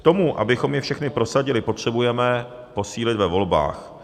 K tomu, abychom je všechny prosadili, potřebujeme posílit ve volbách.